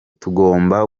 tugomba